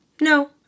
No